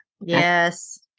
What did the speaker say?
Yes